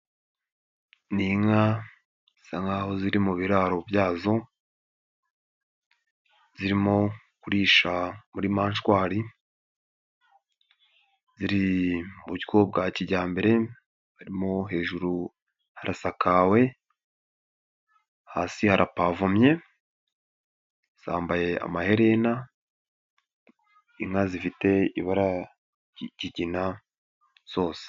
Ni inka zisaka nkaho ziri mu biraro byazo, zirimo kurisha muri manjwari ziri mu buryo bwa kijyambere, hejuru harasakawe, hasi haravumye, zambaye amaherena, inka zifite ibara ry'ikigina zose.